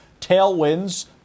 tailwinds